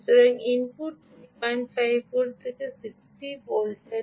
সুতরাং input 35 volt থেকে 60 ভোল্টের